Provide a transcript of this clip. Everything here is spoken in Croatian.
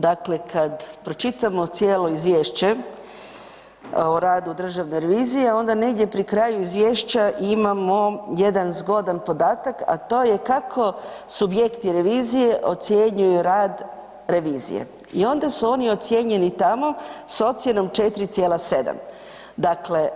Dakle, kada pročitamo cijelo izvješće o radu Državne revizije onda negdje pri kraju izvješća imamo jedan zgodan podatak, a to je kako subjekti revizije ocjenjuje rad revizije i onda su oni ocijenjeni tamo s ocjenom 4,7. dakle,